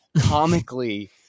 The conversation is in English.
comically